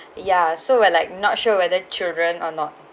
ya so we're like not sure whether children or not